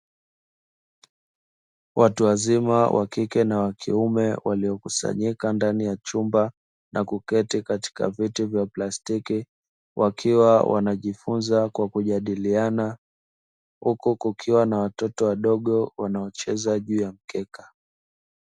Watu wazima wakike na wakiume wamekusanyika ndani ya chumba na kuketi katika viti vya plastiki wakiwa wanajifunza kwa kujadiliana huku kukiwa na watoto wadogo wanaocheza juu ya mkeka.